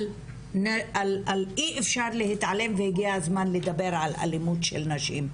על שאי אפשר להתעלם והגיע זמן לדבר על אלימות של נשים.